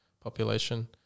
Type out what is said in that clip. population